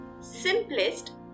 simplest